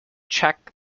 check